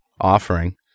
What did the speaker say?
Offering